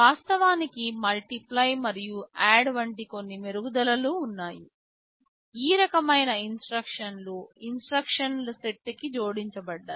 వాస్తవానికి Multiply మరియు add వంటి కొన్ని మెరుగుదలలు ఉన్నాయి ఈ రకమైన ఇన్స్ట్రక్షన్లు ఇన్స్ట్రక్షన్ సెట్కి జోడించబడ్డాయి